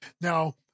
Now